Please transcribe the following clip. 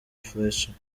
fletcher